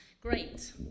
Great